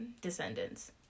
Descendants